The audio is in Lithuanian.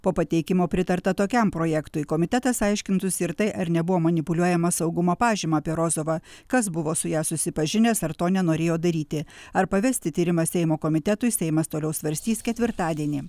po pateikimo pritarta tokiam projektui komitetas aiškintųsi ir tai ar nebuvo manipuliuojama saugumo pažyma apie rozovą kas buvo su ja susipažinęs ar to nenorėjo daryti ar pavesti tyrimą seimo komitetui seimas toliau svarstys ketvirtadienį